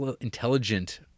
intelligent